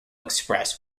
express